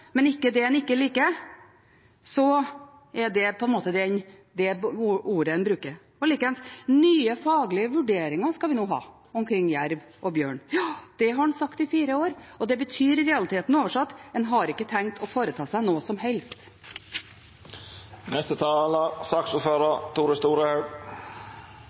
men ikke det en ikke liker, så er det de ordene en bruker. Likeens skal vi nå ha nye faglige vurderinger omkring jerv og bjørn. Ja, det har en sagt i fire år, og det betyr i realiteten – oversatt: En har ikke tenkt å foreta seg noe som